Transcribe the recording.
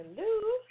Hello